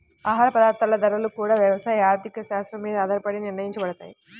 ఆహార పదార్థాల ధరలు గూడా యవసాయ ఆర్థిక శాత్రం మీద ఆధారపడే నిర్ణయించబడతయ్